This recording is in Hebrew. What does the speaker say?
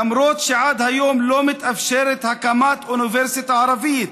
ולמרות שעד היום לא מתאפשרת הקמת אוניברסיטה ערבית,